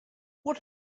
what